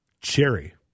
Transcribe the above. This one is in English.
Cherry